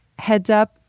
heads up,